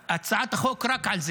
הצעת החוק היא רק על זה.